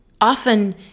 often